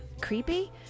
creepy